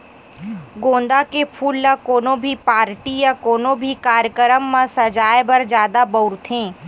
गोंदा के फूल ल कोनो भी पारटी या कोनो भी कार्यकरम म सजाय बर जादा बउरथे